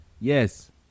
yes